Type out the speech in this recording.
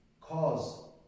cause